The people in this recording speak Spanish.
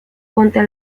contra